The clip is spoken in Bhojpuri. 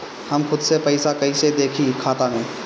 हम खुद से पइसा कईसे देखी खाता में?